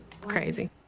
crazy